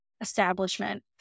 establishment